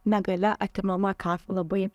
negalia atimama ką labai